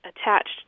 attached